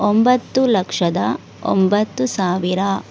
ಒಂಬತ್ತು ಲಕ್ಷದ ಒಂಬತ್ತು ಸಾವಿರ